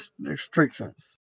restrictions